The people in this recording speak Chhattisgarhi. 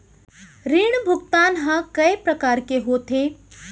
ऋण भुगतान ह कय प्रकार के होथे?